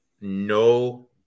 no